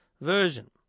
version